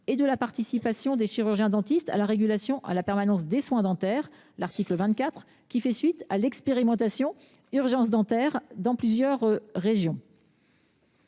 24 : la participation des chirurgiens dentistes à la régulation de la permanence des soins dentaires, qui fait suite à l’expérimentation « Urgences dentaires » dans plusieurs régions.